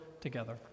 together